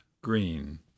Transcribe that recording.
green